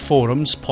Forums